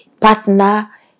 Partner